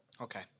Okay